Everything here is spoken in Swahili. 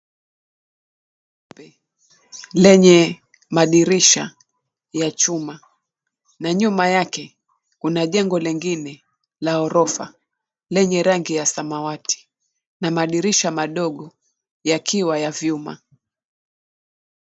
Jengo lenye madirisha ya chuma na nyuma yake kuna jengo lingine la ghorofa lenye rangi ya samawati na madirisha madogo yakiwa ya vyuma.